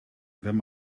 wenn